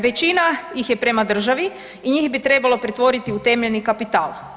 Većina ih je prema državi i njih bi trebalo pretvoriti u temeljni kapital.